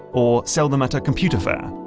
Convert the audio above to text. or sell them at a computer fair.